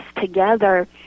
together